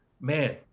man